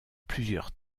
plusieurs